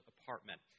apartment